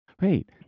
wait